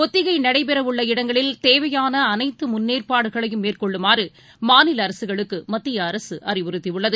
ஒத்திகைநடைபெறவுள்ள இடங்களில் தேவையானஅனைத்துமுன்னேற்பாடுகளையும் மேற்கொள்ளுமாறுமாநிலஅரசுகளுக்குமத்தியஅரசுஅறிவுறுத்தியுள்ளது